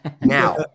Now